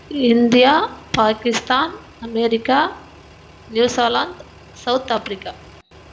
India Pakistan America New Zealand South Africa